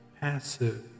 passive